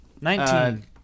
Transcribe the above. Nineteen